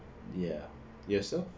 ya yourself